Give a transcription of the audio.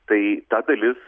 tai ta dalis